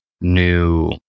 new